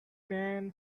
pan